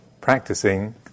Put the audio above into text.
practicing